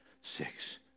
six